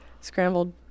Scrambled